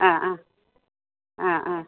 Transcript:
ആ ആ ആ ആ